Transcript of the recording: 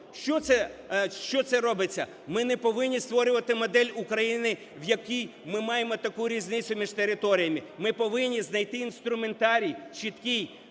Що це робиться? Ми не повинні створювати модель України, в якій ми маємо таку різницю між територіями, ми повинні знайти інструментарій чіткий,